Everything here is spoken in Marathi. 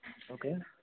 ओके